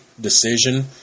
decision